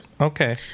okay